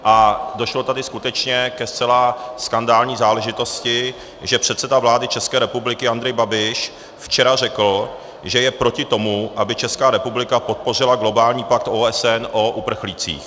A došlo tady skutečně ke zcela skandální záležitosti, že předseda vlády České republiky Andrej Babiš včera řekl, že je proti tomu, aby Česká republika podpořila globální pakt OSN o uprchlících.